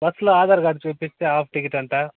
బస్సులో ఆధార్ కార్డు చూపిస్తే half ticket అంటా